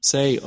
Say